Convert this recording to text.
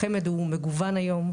החמ"ד הוא מגוון היום,